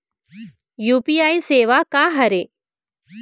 UPI सेवा का हरे?